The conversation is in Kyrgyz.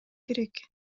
керек